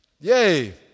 Yay